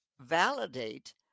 validate